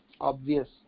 Obvious